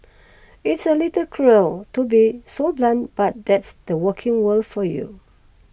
it's a little cruel to be so blunt but that's the working world for you